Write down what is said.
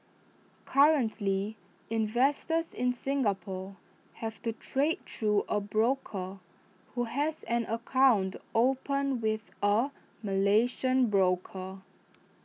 currently investors in Singapore have to trade through A broker who has an account opened with A Malaysian broker